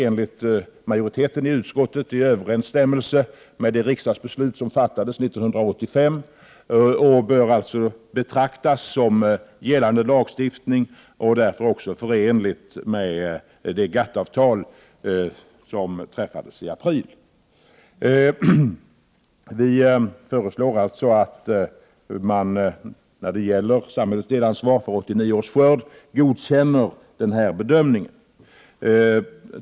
Enligt majoriteten i utskottet är detta i överensstämmelse med det riksdagsbeslut som fattades 1985, och det bör således betraktas som gällande lagstiftning och därför också förenligt med det GATT-avtal som träffades i april. Utskottet föreslår att riksdagen godkänner denna bedömning om det statliga delansvaret för 1989 års spannmålsskörd.